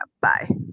Bye